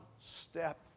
step